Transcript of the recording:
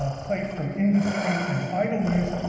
ah plate from industry and idleness,